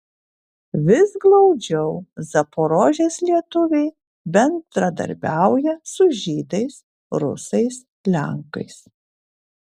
vis glaudžiau zaporožės lietuviai bendradarbiauja su žydais rusais lenkais